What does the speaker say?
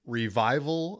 revival